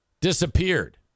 disappeared